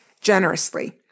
generously